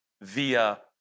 via